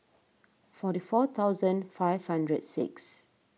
forty four thousand five hundred six